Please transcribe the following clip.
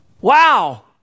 Wow